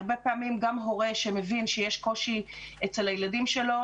הרבה פעמים גם הורה שמבין שיש קושי אצל הילדים שלו,